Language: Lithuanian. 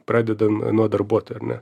pradedam nuo darbuotojo ar ne